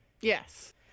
Yes